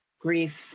Grief